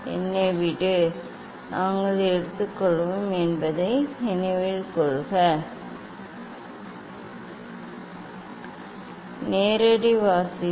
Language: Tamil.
என்னை விடு நாங்கள் எடுத்துள்ளோம் என்பதை நினைவில் கொள்க நேரடி வாசிப்பு